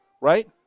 right